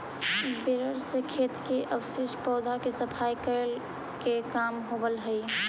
baler से खेत के अवशिष्ट पौधा के सफाई करे के काम होवऽ हई